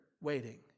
waiting